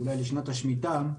אולי לשנת השמיטה.